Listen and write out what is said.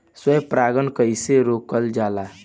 स्व परागण कइसे रोकल जाला?